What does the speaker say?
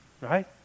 right